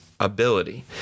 ability